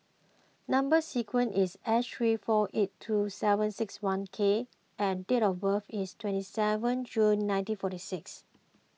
Number Sequence is S three four eight two seven six one K and date of birth is twenty seventh June nineteen forty six